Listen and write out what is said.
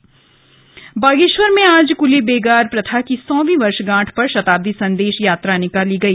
संदेश यात्रा बागेश्वर में ज क्ली बेगार प्रथा की सौर्वी वर्षगांठ पर शताब्दी संदेश यात्रा निकाली गई